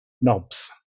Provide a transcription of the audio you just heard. knobs